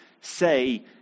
say